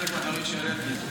חלק מהדברים שעליהם,